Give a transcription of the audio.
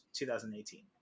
2018